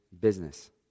business